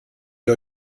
ihr